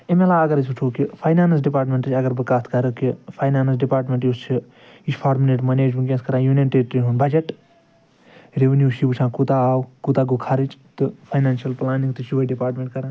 اَمہِ عَلاو اگرأسۍ وُچھو کہِ فاینانٕس ڈِپارٹمٮ۪نٛٹٕچ اگر بہٕ کَتھ کَرٕ کہِ فاینانٕس ڈِپارٹمٮ۪نٛٹ یُس چھُ یُس چھُ فارمنیٹ منیج ہُنٛد یہِ آسہِ کَران یوٗنِین ٹرٛیرٹی ہُنٛد بجٹ ریونِیٛوٗ چھُ وُچھان کوٗتاہ آو کوٗتاہ گوٚو خرچ تہٕ فاینانشل پُلانِنٛگ تہِ چھُ یِہَے ڈِپارٹمٮ۪نٛٹ کَران